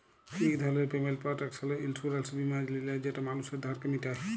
ইক ধরলের payment protection insurance বীমা লিলে যেট মালুসের ধারকে মিটায়